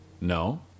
no